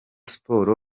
sports